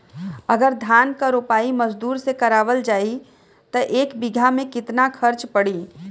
अगर धान क रोपाई मजदूर से करावल जाई त एक बिघा में कितना खर्च पड़ी?